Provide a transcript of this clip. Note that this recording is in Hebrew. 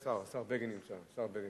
השר בגין נמצא.